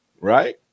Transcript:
right